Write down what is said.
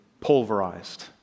pulverized